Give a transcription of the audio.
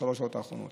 שלוש השעות האחרונות.